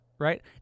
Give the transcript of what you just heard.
right